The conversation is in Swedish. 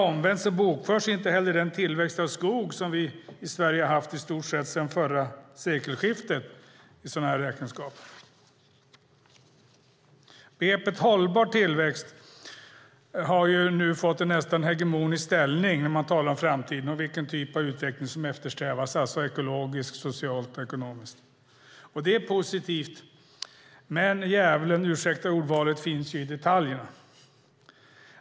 Omvänt bokförs inte heller den tillväxt av skog som vi har haft i Sverige i stort sett sedan förra sekelskiftet i räkenskaperna. Begreppet "hållbar tillväxt" har nu fått en nästan hegemonisk ställning när man talar om framtiden och vilken typ av utveckling som eftersträvas, det vill säga ekologiskt, socialt och ekonomiskt. Det är positivt, men djävulen, ursäkta ordvalet, finns ju i detaljerna.